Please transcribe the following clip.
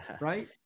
right